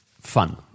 fun